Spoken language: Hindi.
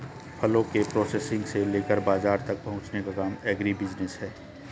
फलों के प्रोसेसिंग से लेकर बाजार तक पहुंचने का काम एग्रीबिजनेस है